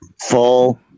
full